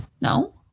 No